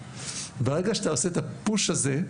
ברגע שאתה עושה את הפוש הזה,